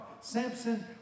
Samson